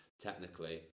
Technically